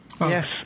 Yes